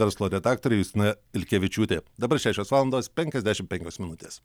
verslo redaktorė justina ilkevičiūtė dabar šešios valandos penkiasdešim penkios minutės